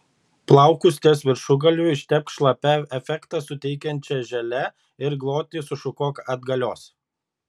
plaukus ties viršugalviu ištepk šlapią efektą suteikiančia želė ir glotniai sušukuok atgalios